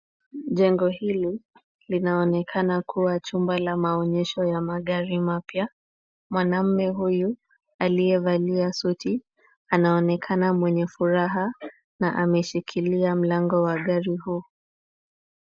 Jengo hili linaonekana kuwa chumba la maonyesho ya magari mapya. Mwanaume huyu aliyevalia suti, anaonekana mwenye furaha na ameshikilia mlango wa gari huu.